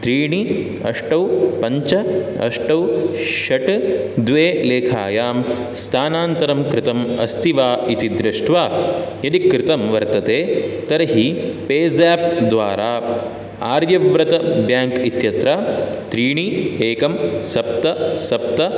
त्रीणि अष्ट पञ्च अष्ट षट् द्वे लेखायां स्थानान्तरं कृतम् अस्ति वा इति दृष्ट्वा यदि कृतं वर्तते तर्हि पेज् आप् द्वारा आर्यव्रत बेङ्क् इत्रत्य त्रीणि एकं सप्त सप्त